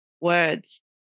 words